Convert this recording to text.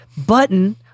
Button